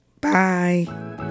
bye